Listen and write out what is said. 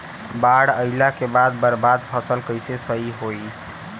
बाढ़ आइला के बाद बर्बाद फसल कैसे सही होयी?